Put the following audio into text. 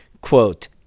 quote